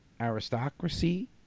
aristocracy